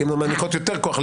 נראה לי,